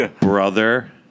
brother